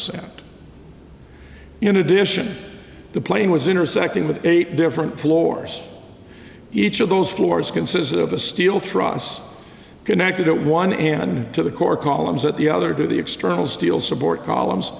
cent in addition the plane was intersecting with eight different floors each of those floors consist of a steel truss connected at one end to the core columns at the other to the external steel support columns